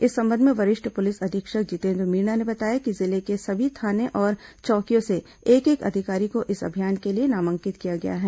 इस संबंध में वरिष्ठ पुलिस अधीक्षक जितेन्द्र मीणा ने बताया कि जिले के सभी थाने और चौकियों से एक एक अधिकारी को इस अभियान के लिए नामांकित किया गया है